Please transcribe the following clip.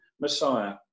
Messiah